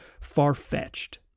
far-fetched